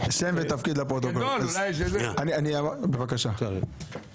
אני מזכיר את זה שוב.